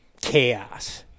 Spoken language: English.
chaos